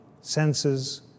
senses